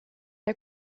der